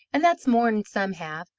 and that's more'n some have,